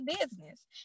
business